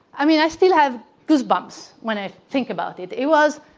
i mean, i still have goosebumps when i think about it. it was,